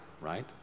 right